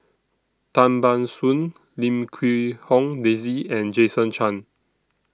Tan Ban Soon Lim Quee Hong Daisy and Jason Chan